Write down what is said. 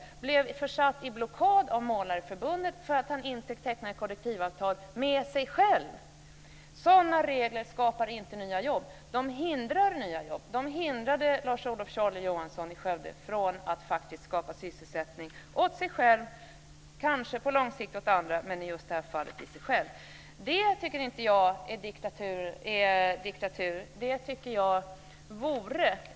Då blev han försatt i blockad av Målarförbundet för att han inte tecknade kollektivavtal med sig själv. Sådana regler skapar inte nya jobb. De hindrar nya jobb! De hindrade Lars-Olof "Tjolle" Johansson i Skövde från att faktiskt skapa sysselsättning åt sig själv och kanske också på lång sikt åt andra. Det tycker inte jag är diktatur.